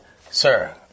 sir